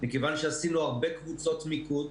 מכיוון שעשינו הרבה קבוצות מיקוד,